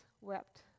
wept